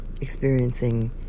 experiencing